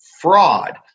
fraud